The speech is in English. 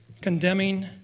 condemning